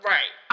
Right